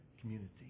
community